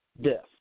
death